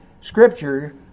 Scripture